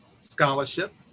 scholarship